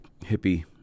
hippie